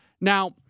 Now